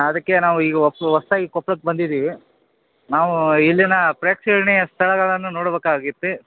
ಅದಕ್ಕೆ ನಾವು ಈಗ ಹೊಸ್ದಾಗಿ ಕೊಪ್ಪಳಕ್ಕೆ ಬಂದಿದೀವಿ ನಾವೂ ಇಲ್ಲಿನ ಪ್ರೇಕ್ಷಣೀಯ ಸ್ಥಳಗಳನ್ನು ನೋಡಬೇಕಾಗೈತಿ